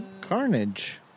Carnage